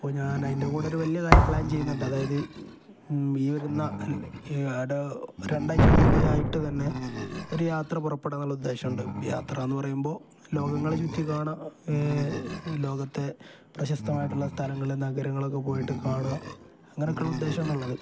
അപ്പോള് ഞാൻ അതിൻ്റെ കൂടെ ഒരു വലിയ കാര്യം പ്ലാൻ ചെയ്യുന്നുണ്ട് അതായത് ഈ വരുന്ന രണ്ടാഴ്ചയ്ക്കുള്ളിലായിട്ട് തന്നെ ഒരു യാത്ര പുറപ്പെടാനുള്ള ഉദ്ദേശമുണ്ട് യാത്രയെന്ന് പറയുമ്പോള് ലോകങ്ങള് ചുറ്റിക്കാണുക ലോകത്തെ പ്രശസ്തമായിട്ടുള്ള സ്ഥലങ്ങളും നഗരങ്ങളുമൊക്കെ പോയിട്ട് കാണുക അങ്ങനെയൊക്കെയുള്ള ഉദ്ദേശമാണുള്ളത്